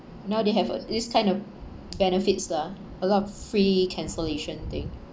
now they have uh this kind of benefits lah a lot of free cancellation thing